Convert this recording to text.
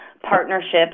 partnerships